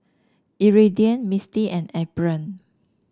Iridian Mistie and Ephram